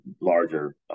larger